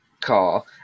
car